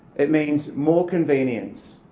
it means more convenience,